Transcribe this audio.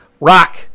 Rock